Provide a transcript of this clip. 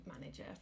Manager